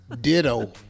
Ditto